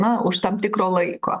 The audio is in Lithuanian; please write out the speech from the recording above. na už tam tikro laiko